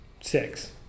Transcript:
six